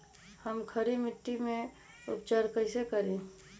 हम खड़ी मिट्टी के उपचार कईसे करी?